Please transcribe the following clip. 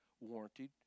warranted